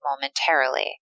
momentarily